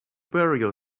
burial